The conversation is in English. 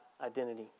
identity